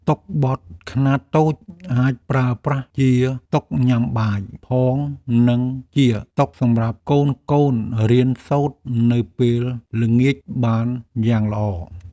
តុបត់ខ្នាតតូចអាចប្រើប្រាស់ជាតុញ៉ាំបាយផងនិងជាតុសម្រាប់កូនៗរៀនសូត្រនៅពេលល្ងាចបានយ៉ាងល្អ។